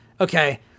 okay